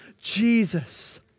Jesus